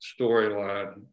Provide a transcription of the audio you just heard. storyline